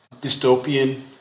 dystopian